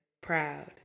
proud